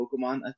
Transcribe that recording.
Pokemon